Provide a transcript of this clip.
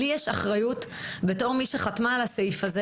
לי יש אחריות כמי שחתמה על הסעיף הזה